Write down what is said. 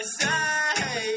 say